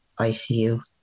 ICU